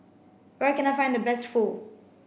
where can I find the best Pho